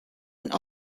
und